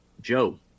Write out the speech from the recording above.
Joe